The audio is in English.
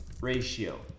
Ratio